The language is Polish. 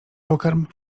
pokarm